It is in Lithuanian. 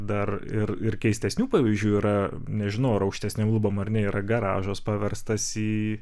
dar ir ir keistesnių pavyzdžių yra nežinau ar aukštesnėm lubom yra garažas paverstas į